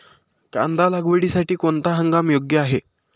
कांदा लागवडीसाठी कोणता हंगाम योग्य आहे?